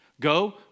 Go